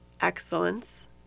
excellence